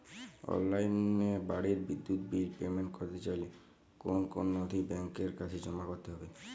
অনলাইনে বাড়ির বিদ্যুৎ বিল পেমেন্ট করতে চাইলে কোন কোন নথি ব্যাংকের কাছে জমা করতে হবে?